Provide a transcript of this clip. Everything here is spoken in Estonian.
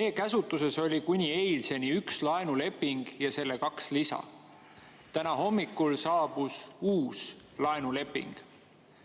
Meie käsutuses oli kuni eilseni üks laenuleping ja selle kaks lisa. Täna hommikul saabus uus laenuleping,